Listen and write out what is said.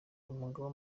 umugaba